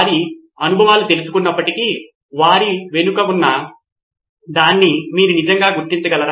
వారు అనుభవాలను తెలుసుకున్నప్పటికీ వారి వెనుక ఉన్నదాన్ని మీరు నిజంగా గుర్తించగలరా